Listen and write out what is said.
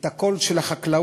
את הקול של החקלאות.